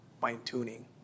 fine-tuning